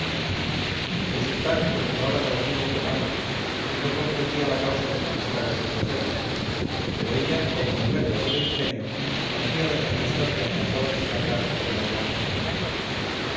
el sultán continuaba tan ciego como antes y no comprendía la causa del malestar de sus vasallos pero ella como mujer de agudo ingenio conocía la tempestad que amenazaba descargar sobre la real familia